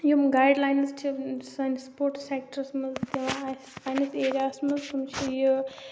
یِم guidelines چھِ سٲنِس سَپوٹٕس سٮ۪کٹرٛس منٛز دِوان اَسہِ پَنٛنِس ایریاہَس منٛز تِم چھِ یہِ